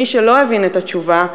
מי שלא הבין את התשובה,